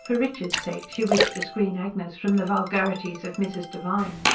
for richard's sake she wished to screen agnes from the vulgarities of mrs. devine.